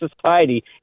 society